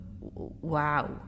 Wow